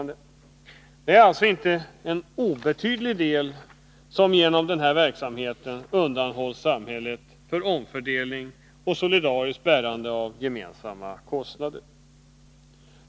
Det är alltså ingen obetydlig andel som genom denna verksamhet undanhålls från samhället, från omfördelning och solidariskt bärande av gemensamma kostnader.